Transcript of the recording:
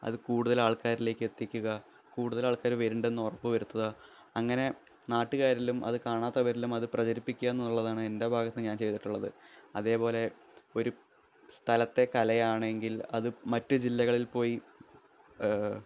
അത് കൂടുതലാള്ക്കാരിലേക്ക് എത്തിക്കുക കൂടുതലാള്ക്കാർ വരുന്നുണ്ടെന്നു ഉറപ്പു വരുത്തുക അങ്ങനെ നാട്ടുകാരിലും അത് കാണാത്തവരിലും അത് പ്രചരിപ്പിക്കുകയെന്നുള്ളതാണ് എന്റെ ഭാഗത്തു നിന്നു ഞാന് ചെയ്തിട്ടുള്ളത് അതേപോലെ ഒരു സ്ഥലത്തെ കലയാണെങ്കില് അതു മറ്റ് ജില്ലകളില് പോയി